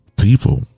People